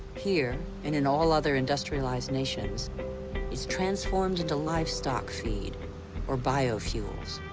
here, and in all other industrialized nations, it is transformed into livestock feed or biofuels.